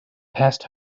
passed